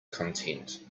content